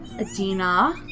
Adina